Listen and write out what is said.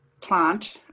plant